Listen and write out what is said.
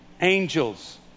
angels